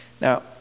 Now